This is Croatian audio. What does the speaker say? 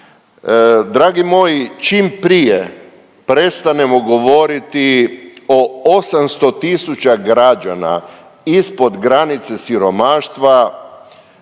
dragi moji, čim prije prestanemo govoriti o 800 tisuća građana ispod granice siromaštva,